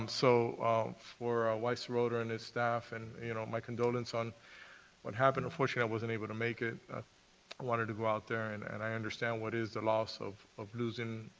um so for ah weiss serota and its staff, and you know my condolences on what happened. unfortunately, i wasn't able to make it. ah i wanted to go out there, and and i understand what is the loss of of losing